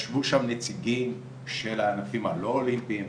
ישבו שם נציגים של הענפים הלא אולימפיים,